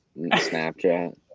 Snapchat